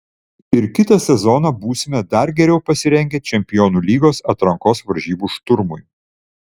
ir kitą sezoną būsime dar geriau pasirengę čempionų lygos atrankos varžybų šturmui